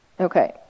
Okay